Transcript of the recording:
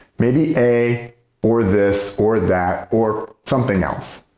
maybe a or this or that, or something else.